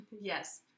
Yes